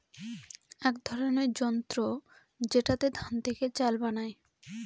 এক ধরনের যন্ত্র যেটাতে ধান থেকে চাল বানায়